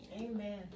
Amen